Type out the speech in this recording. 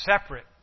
separate